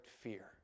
fear